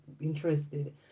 interested